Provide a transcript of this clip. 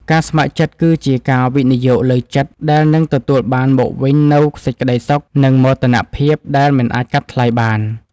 ការស្ម័គ្រចិត្តគឺជាការវិនិយោគលើចិត្ត ដែលនឹងទទួលបានមកវិញនូវសេចក្តីសុខ និងមោទនភាពដែលមិនអាចកាត់ថ្លៃបាន។